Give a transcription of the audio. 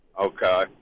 Okay